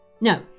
No